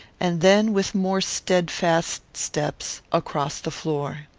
and then with more steadfast steps, across the floor.